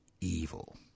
evil